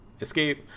escape